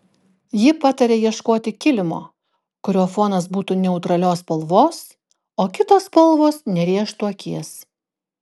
ji pataria ieškoti kilimo kurio fonas būtų neutralios spalvos o kitos spalvos nerėžtų akies